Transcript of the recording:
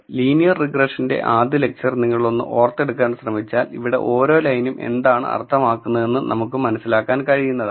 linear റിഗ്രെഷന്റെ ആദ്യ lecture നിങ്ങൾ ഒന്ന് ഓർത്തെടുക്കാൻ ശ്രെമിച്ചാൽ ഇവിടെ ഒരോ ലൈനും എന്താണ് അര്ഥമാക്കുന്നതെന്നു നമുക്ക്മനസിലാക്കാൻ കഴിയുന്നതാണ്